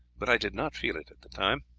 but i did not feel it at the time,